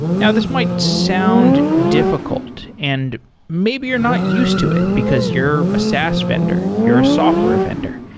now, this might sound difficult and maybe you're not used to it because you're a saas vendor. you're a software vendor,